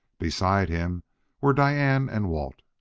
beside him were diane and walt.